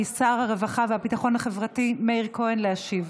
משר הרווחה והביטחון החברתי מאיר כהן להשיב.